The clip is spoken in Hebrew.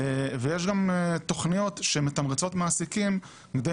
ויש גם תכניות שמתמרצות תעסיקים בכדי